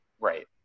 right